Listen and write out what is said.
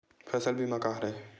फसल बीमा का हरय?